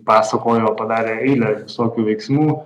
pasakojo padarė eilę visokių veiksmų